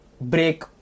break